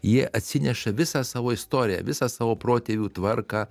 jie atsineša visą savo istoriją visą savo protėvių tvarką